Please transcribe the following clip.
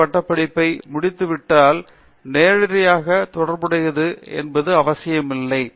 D பட்டப்படிப்பை முடித்துவிட்டால் நேரடியாக தொடர்புடையது என்பது அவசியமில்லை